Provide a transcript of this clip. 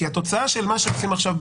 כי התוצאה של מה שעושים עכשיו,